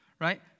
right